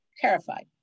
Terrified